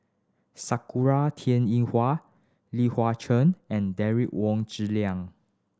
Sakura Teng Ying Hua Li Hua Cheng and Derek Wong Zi Liang